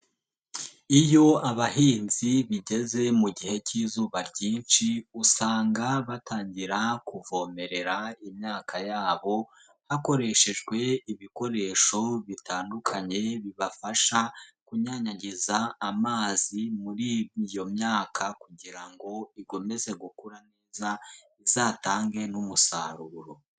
Iyo abahinzi bigeze mu gihe k'izuba ryinshi, usanga batangira kuvomerera imyaka yabo hakoreshejwe ibikoresho bitandukanye bibafasha kunyanyagiza amazi muri iyo myaka kugira ngo ikomeze gukura neza izatange n'umusaruro.